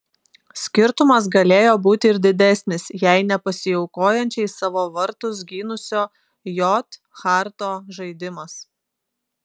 skirtumas galėjo būti ir didesnis jei ne pasiaukojančiai savo vartus gynusio j harto žaidimas